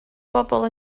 bobol